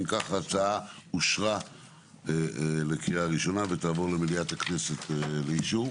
ההצעה אושרה בקריאה ראשונה ותעבור למליאת הכנסת לאישור.